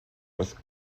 with